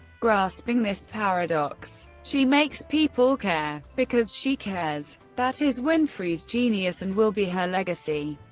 grasping this paradox. she makes people care, because she cares. that is winfrey's genius, and will be her legacy,